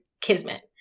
Kismet